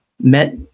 met